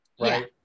right